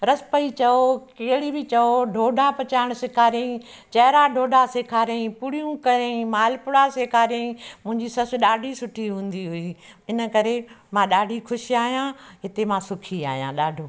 रसपई चओ कहिड़ी बि चओ डोढा पचाइणु सेखारियाईं चैहरा डोढा सेखारियाईं पूड़ियूं करियाईं मालपुड़ा सेखारियाई मुंहिंजी ससु ॾाढी सुठी हूंदी हुई हिन करे मां ॾाढी ख़ुशि आहियां हिते मां सुखी आहियां ॾाढो